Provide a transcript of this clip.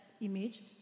image